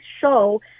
show